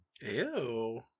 Ew